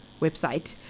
website